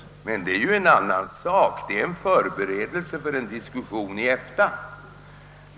Men det är ju en annan sak; det är en förberedelse för en diskussion i EFTA.